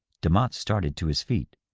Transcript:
demotte started to his feet.